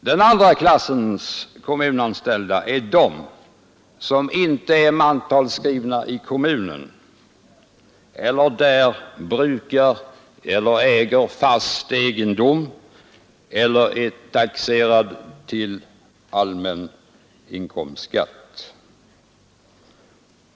Den andra klassens kommunanställda är de som inte är mantalsskrivna i kommunen eller där brukar eller äger fast egendom eller är taxerade till allmän inkomstsskatt.